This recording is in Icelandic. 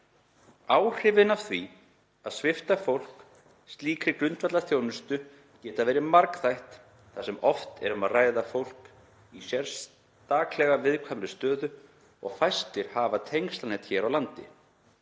Áhrifin af því að svipta fólk slíkri grundvallarþjónustu geta verið margþætt þar sem oft er um að ræða fólk í sérstaklega viðkvæmri stöðu og fæstir hafa tengslanet hér á landi.